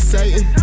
Satan